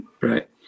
Right